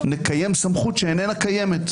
נקיים סמכות שאיננה קיימת.